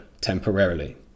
temporarily